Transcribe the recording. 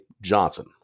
Johnson